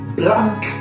blank